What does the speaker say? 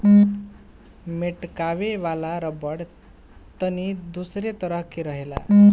मेटकावे वाला रबड़ तनी दोसरे तरह के रहेला